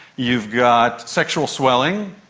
you've got sexual swelling,